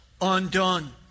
undone